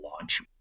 launch